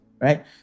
right